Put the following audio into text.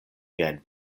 miajn